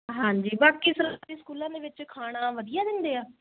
ਹਾਂਜੀ ਬਾਕੀ ਸਰਕਾਰੀ ਸਕੂਲਾਂ ਦੇ ਵਿੱਚ ਖਾਣਾ ਵਧੀਆ ਦਿੰਦੇ ਹੈ